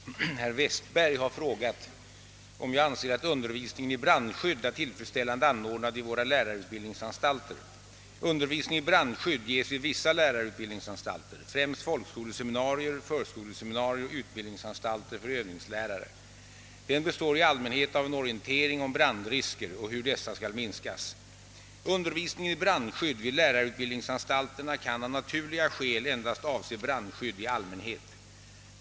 Herr talman! Herr Westberg har frågat om jag anser att undervisningen i brandskydd är tillfredsställande anordnad vid våra lärarutbildningsanstalter. Undervisning i brandskydd ges vid vissa lärarutbildningsanstalter, främst folkskoleseminarier, förskoleseminarier och utbildningsanstalter för övningslärare. Den består i allmänhet av en orientering om brandrisker och hur dessa skall minskas. Undervisningen i brandskydd vid lärarutbildningsanstalterna kan av naturliga skäl endast avse brandskydd i allmänhet.